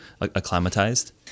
acclimatized